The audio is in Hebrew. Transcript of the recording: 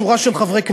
שורה של חברי כנסת,